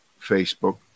Facebook